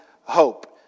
hope